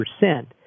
percent